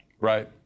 Right